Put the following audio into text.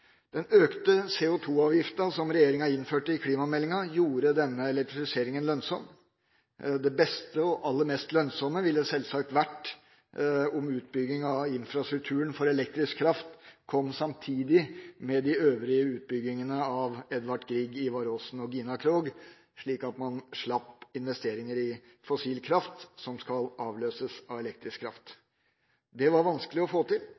Den økte CO2-avgiften som regjeringa innførte i forbindelse med klimameldinga, gjorde denne elektrifiseringen lønnsom. Det beste og aller mest lønnsomme ville sjølsagt vært om utbyggingen av infrastrukturen for elektrisk kraft kom samtidig med de øvrige utbyggingene, av Edvard Grieg, Ivar Aasen og Gina Krog, slik at man slapp investeringer i fossil kraft som skal avløses av elektrisk kraft. Det var vanskelig å få til,